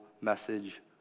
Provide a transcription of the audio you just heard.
message